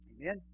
Amen